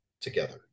together